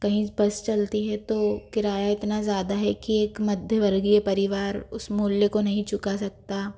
कही बस चलती है तो किराया इतना ज़्यादा है की एक मध्य वर्गीय परिवार उस मूल्य को नहीं चुका सकता